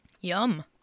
Yum